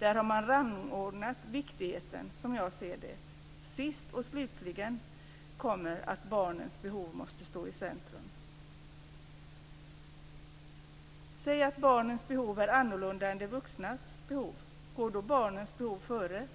Man har rangordnat viktigheten, som jag ser det. Sist och slutligen kommer att barnens behov måste stå i centrum. Säg att barnens behov är annorlunda än de vuxnas behov, går då barnens behov före?